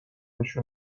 نشون